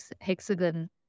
hexagon